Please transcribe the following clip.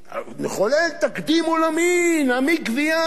מחולל תקדים עולמי: נעמיק גבייה,